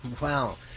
Wow